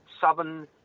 southern